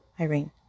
Irene